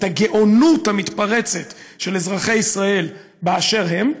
את הגאונות המתפרצת של אזרחי ישראל באשר הם,